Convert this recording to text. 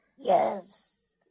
Yes